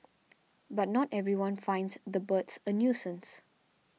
but not everyone finds the birds a nuisance